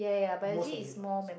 most of it most of